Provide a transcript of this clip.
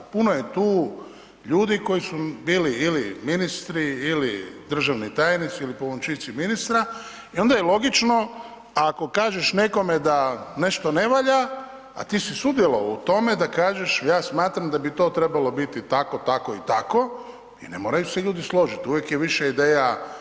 Puno je tu ljudi koji su bili ili ministri ili državni tajnici ili pomoćnici ministra i onda je logično, ako kažeš nekome da nešto ne valja, a ti si sudjelovao u tome, da kažeš ja smatram da bi to trebalo biti tako, tako i tako i ne moraju ljudi složiti, uvijek je više ideja…